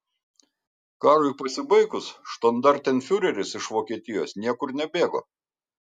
karui pasibaigus štandartenfiureris iš vokietijos niekur nebėgo